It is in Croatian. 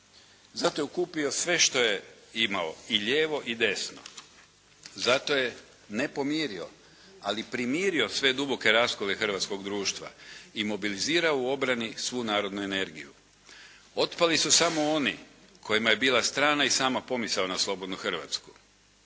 Zato je okupio sve što je imao i lijevo i desno, zato je ne pomirio, ali primirio sve duboke raskole hrvatskog društva, imobilizirao u obrani svu narodnu energiju. Otpali su samo oni kojima je bila strana i sama pomisao na slobodnu Hrvatsku.